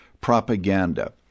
propaganda